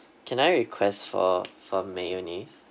can I request for for mayonnaise